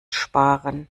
sparen